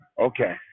Okay